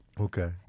Okay